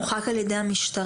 מורחק על ידי המשטרה?